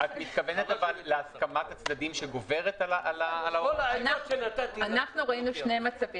את מתכוונת להסכמת הצדדים שגוברת על --- אנחנו ראינו שני מצבים.